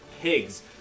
pigs